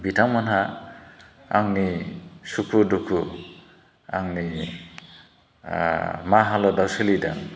बिथांमोनहा आंनि सुखु दुखु आंनि मा हालोदआव सोलिदों